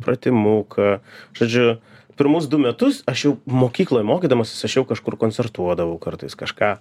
pratimuką žodžiu pirmus du metus aš jau mokykloj mokydamasis aš jau kažkur koncertuodavau kartais kažką